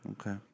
Okay